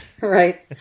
Right